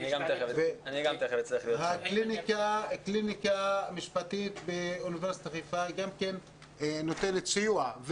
הקליניקה המשפטית באוניברסיטת חיפה נותנת סיוע,